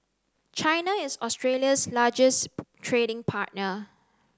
China is Australia's largest trading partner